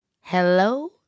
hello